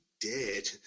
dead